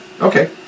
Okay